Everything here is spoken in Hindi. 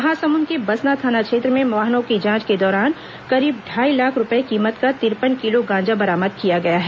महासमुंद के बसना थाना क्षेत्र में वाहनों की जांच के दौरान करीब ढ़ाई लाख रूपये कीमत का तिरपन किलो गांजा बरामद किया गया है